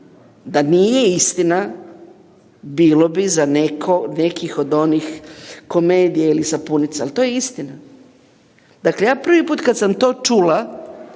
da nije istina bilo bi za neku od onih komedija ili sapunica, ali to je istina. Dakle, ja prvi put kad sam to čula